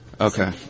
Okay